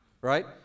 right